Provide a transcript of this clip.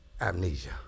amnesia